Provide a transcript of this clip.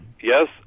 Yes